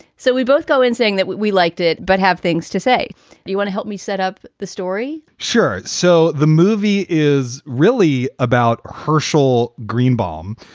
so we both go in saying that we we liked it, but have things to say. do you want to help me set up the story? story? sure. so the movie is really about hershel greenbaum,